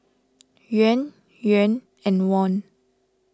Yuan Yuan and Won